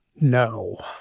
No